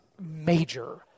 major